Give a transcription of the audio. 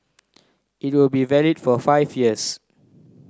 it will be valid for five years